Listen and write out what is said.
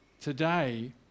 Today